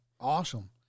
awesome